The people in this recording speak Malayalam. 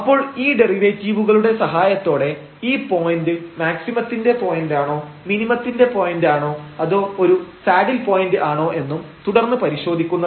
അപ്പോൾ ഈ ഡെറിവേറ്റീവുകളുടെ സഹായത്തോടെ ഈ പോയന്റ് മാക്സിമത്തിന്റെ പോയന്റാണോ മിനിമത്തിന്റെ പോയന്റ് ആണോ അതോ ഒരു സാഡിൽ പോയന്റ് ആണോ എന്നും തുടർന്ന് പരിശോധിക്കുന്നതാണ്